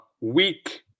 Week